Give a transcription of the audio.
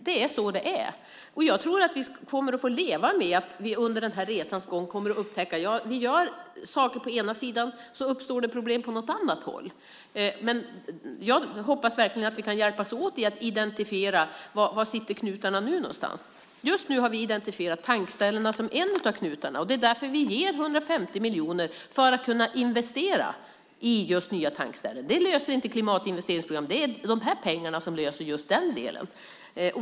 Så är det, och vi får leva med att vi under resans gång kommer att upptäcka att när vi gör saker på den ena sidan så uppstår problem på något annat håll. Jag hoppas dock att vi kan hjälpas åt att identifiera var knutarna finns någonstans. Just nu har vi identifierat tankställena som en knut, och därför ger vi 150 miljoner för investering i nya tankställen. Det löser inte klimatinvesteringsprogrammet, utan de här pengarna löser just den delen.